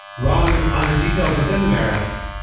wrong on the details within the merits,